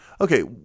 Okay